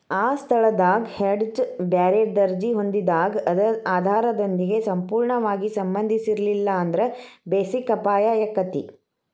ಆ ಸ್ಥಳದಾಗ್ ಹೆಡ್ಜ್ ಬ್ಯಾರೆ ದರ್ಜಿ ಹೊಂದಿದಾಗ್ ಅದ ಆಧಾರದೊಂದಿಗೆ ಸಂಪೂರ್ಣವಾಗಿ ಸಂಬಂಧಿಸಿರ್ಲಿಲ್ಲಾಂದ್ರ ಬೆಸಿಕ್ ಅಪಾಯಾಕ್ಕತಿ